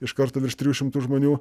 iš karto virš trijų šimtų žmonių